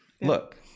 look